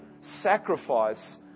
sacrifice